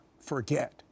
forget